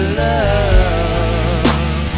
love